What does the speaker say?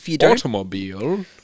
automobile